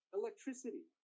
electricity